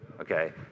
Okay